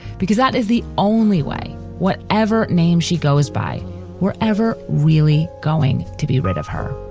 because that is the only way whatever name she goes by were ever really going to be rid of her.